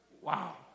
Wow